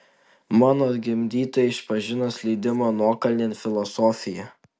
mano gimdytojai išpažino slydimo nuokalnėn filosofiją